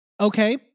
okay